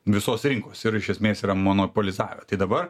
visos rinkos ir iš esmės yra monopolizavę tai dabar